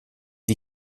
die